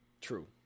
True